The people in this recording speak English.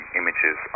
images